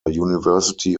university